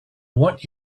want